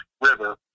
river